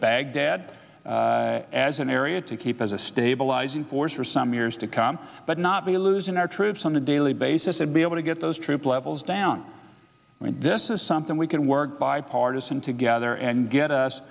baghdad as an area to keep as a stabilizing force for some years to come but not be losing our troops on a daily basis to be able to get those troop levels down i mean this is something we can work bipartisan together and get us